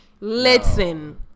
Listen